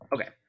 Okay